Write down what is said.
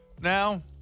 now